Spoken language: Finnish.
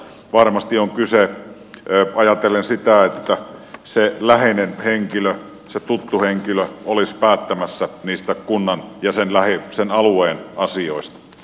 sitten on kyse varmasti äänestysaktiivisuudesta ajatellen sitä että se läheinen henkilö se tuttu henkilö olisi päättämässä niistä kunnan ja sen alueen asioista